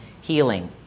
healing